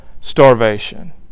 starvation